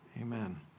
Amen